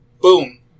boom